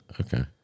Okay